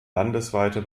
landesweite